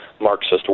Marxist